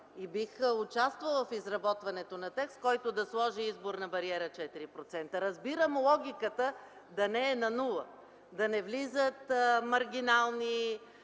и бих участвала в изработването на текст, който да сложи изборна бариера 4%. Разбирам логиката да не е на нула, да не влизат маргинални